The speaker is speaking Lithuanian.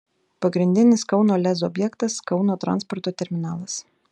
pagrindinis kauno lez objektas kauno transporto terminalas